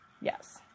Yes